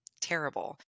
terrible